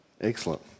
Excellent